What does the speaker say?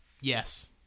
Yes